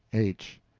h.